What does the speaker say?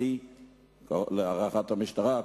להערכת המשטרה,